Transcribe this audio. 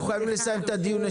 אנחנו חייבים לסיים את הדיון.